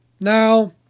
Now